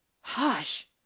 hush